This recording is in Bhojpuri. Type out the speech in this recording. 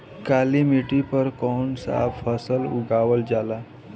काली मिट्टी पर कौन सा फ़सल उगावल जाला?